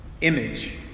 image